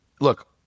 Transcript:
look